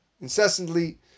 incessantly